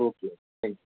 okay थँ